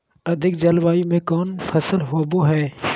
अधिक जलवायु में कौन फसल होबो है?